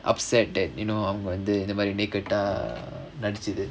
upset that you know அவங்க வந்து:avanga vanthu naked ah நடிச்சது:nadichathu